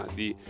di